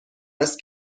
است